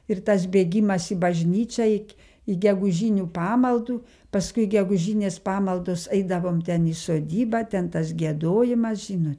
ir tas bėgimas į bažnyčią ik į gegužinių pamaldų paskui gegužinės pamaldos eidavom ten į sodybą ten tas giedojimas žinote